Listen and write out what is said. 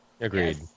Agreed